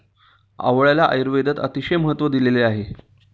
आवळ्याला आयुर्वेदात अतिशय महत्त्व दिलेले आहे